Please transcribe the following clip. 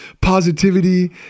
positivity